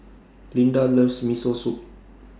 Linda loves Miso Soup